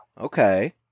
Okay